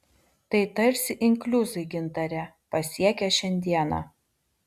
tai tarsi inkliuzai gintare pasiekę šiandieną